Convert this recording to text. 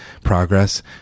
progress